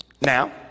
Now